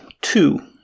two